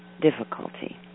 difficulty